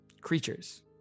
creatures